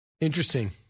Interesting